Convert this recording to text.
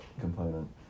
component